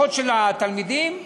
אחיות לתלמידים,